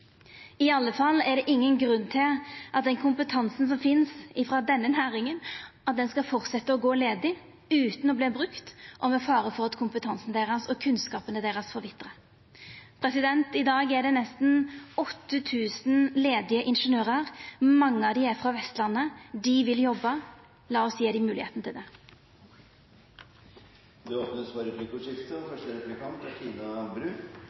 I alle fall er det ingen grunn til at folk med den kompetansen som finst frå denne næringa, skal fortsetja å gå ledige utan at kompetansen vert brukt – og med fare for at kompetansen deira og kunnskapane deira forvitrar. I dag er det nesten 8 000 ledige ingeniørar. Mange av dei er frå Vestlandet. Dei vil jobba. Lat oss gje dei moglegheita til det. Det blir replikkordskifte.